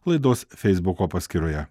laidos feisbuko paskyroje